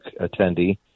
attendee